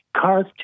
cars